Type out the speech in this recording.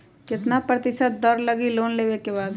कितना प्रतिशत दर लगी लोन लेबे के बाद?